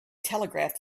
telegraph